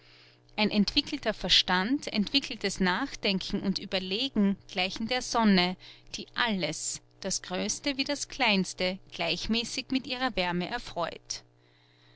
ein entwickelter verstand entwickeltes nachdenken und ueberlegen gleichen der sonne die alles das größte wie das kleinste gleichmäßig mit ihrer wärme erfreut